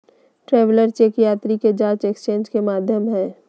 travellers cheque यात्री के जांच एक्सचेंज के माध्यम हइ